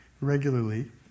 regularly